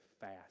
fast